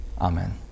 Amen